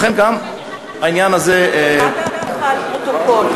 לכן גם העניין הזה, מה דעתך על פרוטוקול?